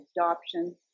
adoption